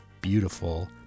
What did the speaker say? beautiful